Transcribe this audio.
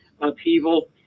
upheaval